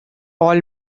all